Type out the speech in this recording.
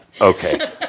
Okay